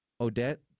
Odette